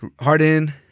Harden